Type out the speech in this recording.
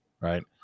right